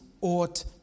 ought